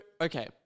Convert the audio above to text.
okay